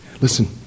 Listen